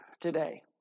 today